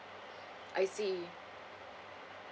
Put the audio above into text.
I see